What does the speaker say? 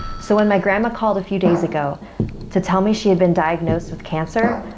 so when my grandma called a few days ago to tell me she had been diagnosed with cancer,